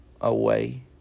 away